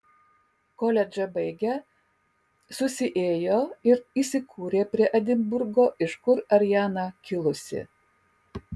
koledžą baigę susiėjo ir įsikūrė prie edinburgo iš kur ariana kilusi